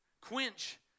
quench